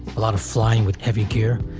a lot of flying with heavy gear,